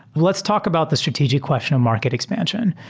let's talk about the strategic question of market expansion.